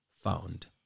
found